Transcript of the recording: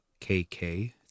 KK